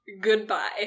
Goodbye